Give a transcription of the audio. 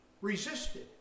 resisted